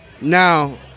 Now